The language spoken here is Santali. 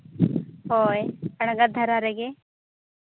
ᱦᱳᱭ ᱟᱬᱜᱟᱛ ᱫᱷᱟᱨᱟ ᱨᱮᱜᱮ